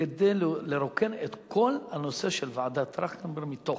כדי לרוקן את כל הנושא של ועדת-טרכטנברג מתוכן.